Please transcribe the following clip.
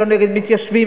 ולא נגד מתיישבים,